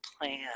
plan